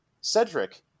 Cedric